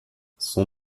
son